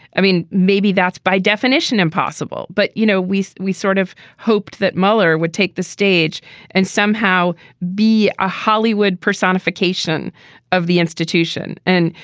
i mean, maybe that's by definition impossible. but, you know, we we sort of hoped that mueller would take the stage and somehow be a hollywood personification of the institution. and,